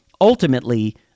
ultimately